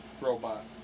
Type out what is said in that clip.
robot